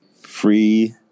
Free